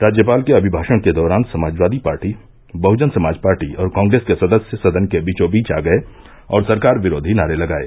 राज्यपाल के अभिभाषण के दौरान समाजवादी पार्टी बहजन समाज पार्टी और कांग्रेस के सदस्य सदन के बीचोंबीच आ गए और सरकार विरोधी नारे लगाये